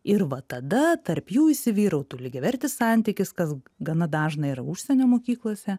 ir va tada tarp jų įsivyrautų lygiavertis santykis kas gana dažnai yra užsienio mokyklose